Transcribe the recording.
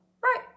right